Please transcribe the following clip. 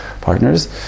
partners